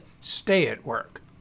stay-at-work